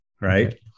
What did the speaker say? right